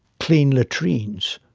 clean latrines,